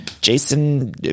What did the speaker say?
Jason